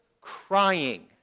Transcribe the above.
crying